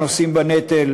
הנושאים בנטל,